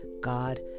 God